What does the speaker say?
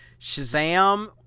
Shazam